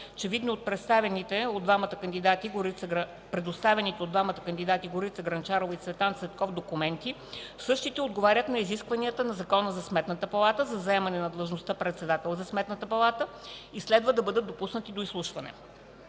че видно от представените от двамата кандидати – Горица Грънчарова и Цветан Цветков – документи, същите отговорят на изискванията на Закона за Сметната палата за заемане на длъжността председател на Сметната палата и следва да бъдат допуснати до изслушване.